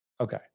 Okay